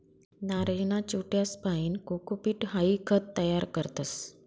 नारयना चिवट्यासपाईन कोकोपीट हाई खत तयार करतस